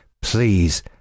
Please